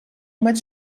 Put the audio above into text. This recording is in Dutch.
met